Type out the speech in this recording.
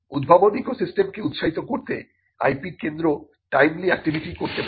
উদ্ভাবন ইকোসিস্টেমকে উৎসাহিত করতে IP কেন্দ্র টাইমলি অ্যাক্টিভিটি করতে পারে